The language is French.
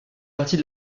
partie